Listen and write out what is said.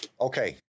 Okay